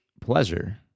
pleasure